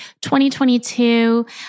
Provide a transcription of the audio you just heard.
2022